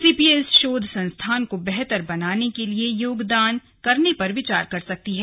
CPA इस शोध संस्थान को बेहतर बनाने के लिए योगदान करने पर विचार कर सकती है